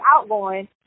outgoing